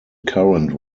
current